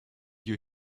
you